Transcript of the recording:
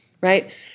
right